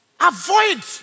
Avoid